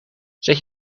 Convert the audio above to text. zet